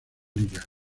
liga